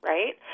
Right